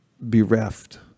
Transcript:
bereft